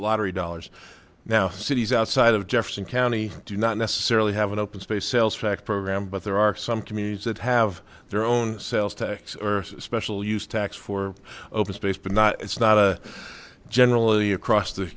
lottery dollars now cities outside of jefferson county do not necessarily have an open space sales fact program but there are some communities that have their own sales tax special used tax for open space but not it's not a generally across the